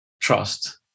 trust